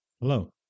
hello